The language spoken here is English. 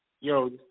Yo